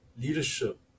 leadership